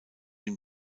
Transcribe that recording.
ihm